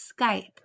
Skype